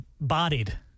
bodied